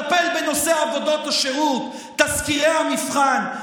תטפל בנושא עבודות השירות, תסקירי המבחן.